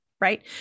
right